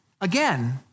Again